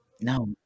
No